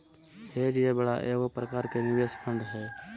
hedge या बाड़ा एगो प्रकार के निवेश फंड हय